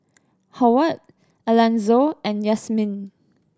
Howard Alanzo and Yasmine